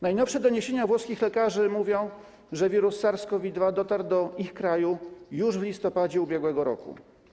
Najnowsze doniesienia włoskich lekarzy mówią, że wirus SARS-CoV-2 dotarł do ich kraju już w listopadzie ubiegłego roku.